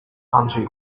andrzej